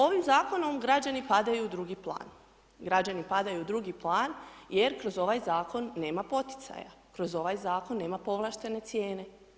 Ovim zakonom građani padaju u drugi plan, građani padaju u drugo plan jer kroz ovaj zakon nema poticaja, uz ovaj zakon nema povlaštene cijene.